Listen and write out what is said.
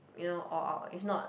you know all out it's not